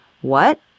What